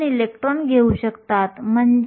तर मी फक्त हे पद येथे घेतले आणि नंतर E खाली आणले